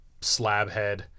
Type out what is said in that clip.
Slabhead